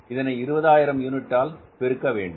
இதனை 20 ஆயிரம் யூனிட் வைத்து பெருக்க வேண்டும்